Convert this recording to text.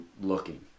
looking